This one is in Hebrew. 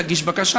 תגיש בקשה.